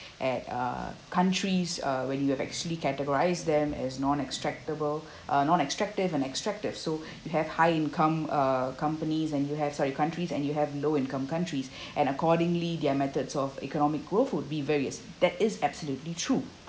at uh countries uh when you have actually categorise them as non-extractable uh non-extractive and extractive so you have high income uh companies and you have sorry countries and you have low income countries and accordingly their methods of economic growth would be various that is absolutely true